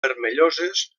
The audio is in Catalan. vermelloses